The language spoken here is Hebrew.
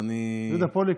יהודה פוליקר.